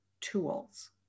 tools